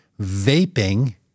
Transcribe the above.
vaping